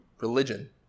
religion